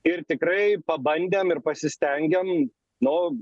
ir tikrai pabandėm ir pasistengėm nu